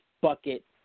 bucket